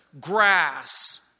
grass